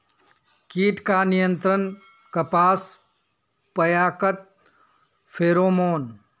कीट का नियंत्रण कपास पयाकत फेरोमोन?